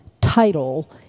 title